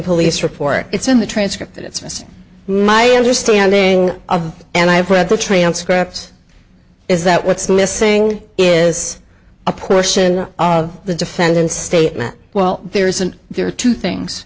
police report it's in the transcript it's my understanding of and i've read the transcript is that what's missing is a portion of the defendant's statement well there is an there are two things